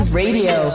radio